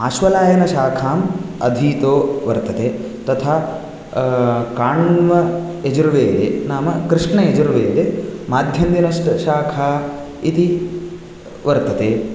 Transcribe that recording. आश्वलायनशाखाम् अधीतो वर्तते तथा काण्वयजुर्वेदे नाम कृष्णयजुर्वेदे माध्यन्दिनस् शाखा इति वर्तते